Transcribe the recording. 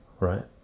right